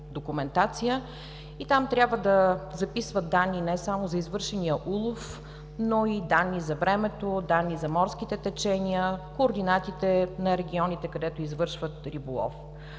и там трябва да записват данни не само за извършения улов, но и данни за времето, за морските течения, координатите на регионите, където извършват риболов.